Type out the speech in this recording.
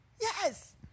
Yes